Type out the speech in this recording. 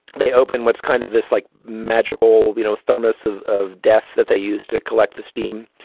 they open what's kind of this like magical you know thermos of of death that they used to collect the steam.